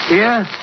Yes